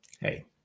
hey